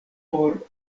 por